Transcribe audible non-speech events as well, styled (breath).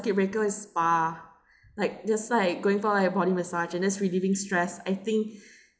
circuit breaker is spa like just like going for like body massages and that's relieving stress I think (breath)